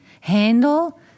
handle